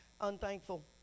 unthankful